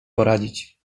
poradzić